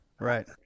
right